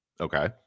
Okay